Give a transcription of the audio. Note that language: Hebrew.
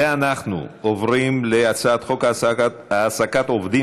אנחנו עוברים להצעת חוק העסקת עובדים